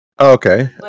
Okay